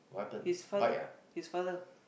his father his father